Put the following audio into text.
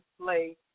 play